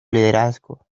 liderazgo